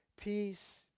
peace